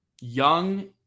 young